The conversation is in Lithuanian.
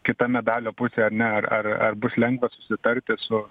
kita medalio pusė ar ne ar ar bus lengva susitarti su